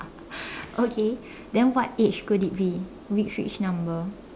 okay then what age could it be which which number